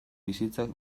bizitzak